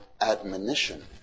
admonition